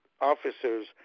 officers